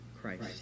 Christ